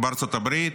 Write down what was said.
בארצות הברית,